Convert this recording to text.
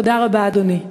תודה רבה, אדוני.